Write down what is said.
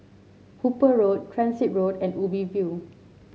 Hooper Road Transit Road and Ubi View